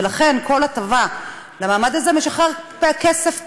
ולכן כל הטבה למעמד הזה משחררת כסף פנוי,